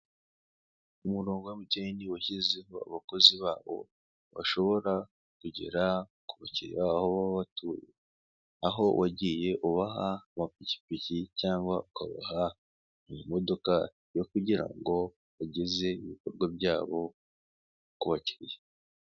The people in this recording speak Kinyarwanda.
Umurongo wa emutiyeni washyizeho abakozi babo bashobora kugera kubakiriya babo aho baba batuye, aho wagiye ubaha amapikipiki cyangwa ukabaha imodoka yo kugirango bageze ibikorwa byabo kubakiriya.